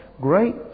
great